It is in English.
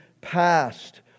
past